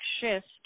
shift